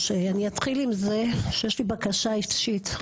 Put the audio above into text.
אני אתחיל עם זה שיש לי בקשה אישית,